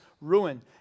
ruin